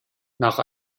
nach